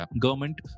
government